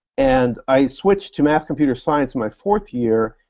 and i switched to math computer science my fourth year,